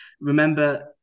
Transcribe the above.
Remember